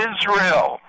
Israel